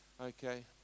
Okay